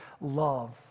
love